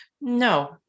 No